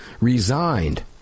resigned